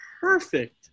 perfect